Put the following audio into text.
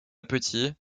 petit